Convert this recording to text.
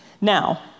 Now